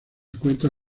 encuentra